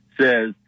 says